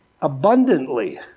abundantly